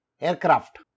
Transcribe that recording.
aircraft